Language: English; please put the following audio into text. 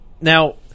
now